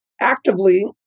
actively